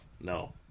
No